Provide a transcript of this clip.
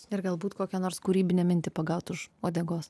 ir galbūt kokią nors kūrybinę mintį pagaut už uodegos